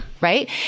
Right